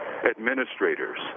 administrators